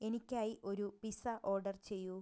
എനിക്കായി ഒരു pizza order ചെയ്യൂ